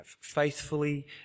faithfully